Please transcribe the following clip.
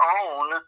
own